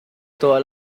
toda